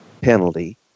penalty